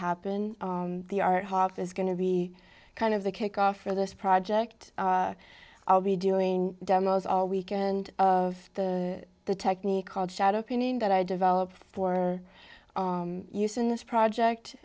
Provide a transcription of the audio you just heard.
happen the art hof is going to be kind of the kickoff for this project i'll be doing demos all weekend of the the technique called shadow printing that i developed for the use in this project